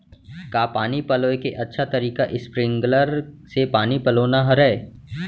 का पानी पलोय के अच्छा तरीका स्प्रिंगकलर से पानी पलोना हरय?